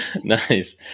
Nice